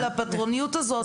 אבל הפטרוניות הזאת,